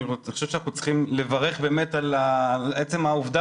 אני חושב שאנחנו צריכים לברך על עצם העובדה